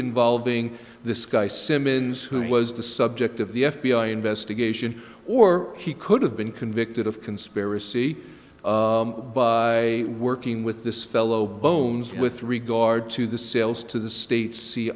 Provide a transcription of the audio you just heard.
involving this guy simmons who was the subject of the f b i investigation or he could have been convicted of conspiracy working with this fellow bones with regard to the sales to the states